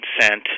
consent